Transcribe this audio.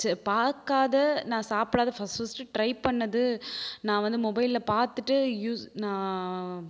ச பார்க்காத நான் சாப்பிடாத ஃபர்ஸ்ட் ஃபர்ஸ்ட் ட்ரை பண்ணது நான் வந்து மொபைலில் பார்த்துட்டு யூஸ் நான்